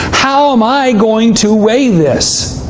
how am i going to weigh this?